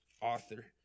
author